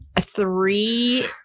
three